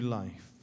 life